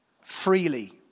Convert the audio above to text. freely